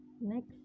Next